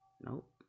Nope